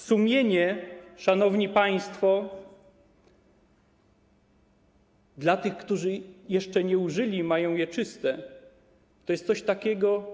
Sumienie, szanowni państwo - to dla tych, którzy jeszcze nie go użyli i mają je czyste - to jest coś takiego.